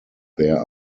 there